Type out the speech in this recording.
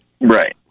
Right